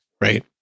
right